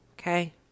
okay